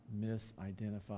misidentify